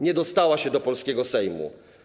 Nie dostała się do polskiego Sejmu.